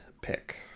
pick